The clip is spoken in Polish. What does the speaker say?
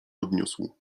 odniósł